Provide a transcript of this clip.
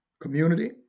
Community